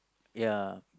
ya